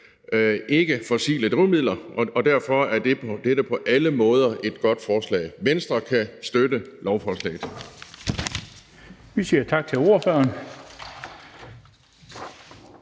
ikkefossile drivmidler, og derfor er dette på alle måder et godt forslag. Venstre kan støtte lovforslaget.